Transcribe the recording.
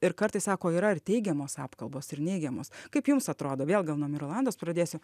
ir kartais sako yra ir teigiamos apkalbos ir neigiamos kaip jums atrodo vėl gal nuo mirolandos pradėsiu